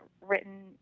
written